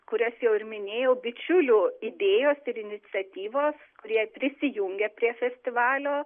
kurias jau ir minėjau bičiulių idėjos ir iniciatyvos kurie prisijungė prie festivalio